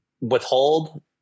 withhold